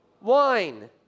wine